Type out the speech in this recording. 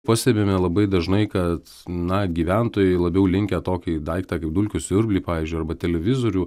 pastebime labai dažnai kad na gyventojai labiau linkę tokį daiktą kaip dulkių siurblį pavyzdžiui arba televizorių